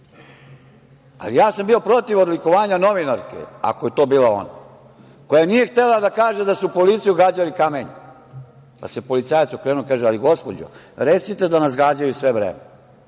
ubije. Ja sam bio protiv odlikovanja novinarke, ako je to bila ona, koja nije htela da kaže da su policiju gađali kamenjem, da se policajac okrenuo i rekao: „Ali gospođo, recite da nas gađaju sve vreme“.